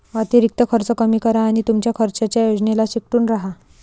अतिरिक्त खर्च कमी करा आणि तुमच्या खर्चाच्या योजनेला चिकटून राहा